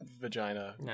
vagina